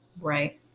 right